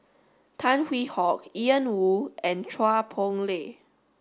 Tan Hwee Hock Ian Woo and Chua Poh Leng